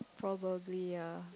probably ya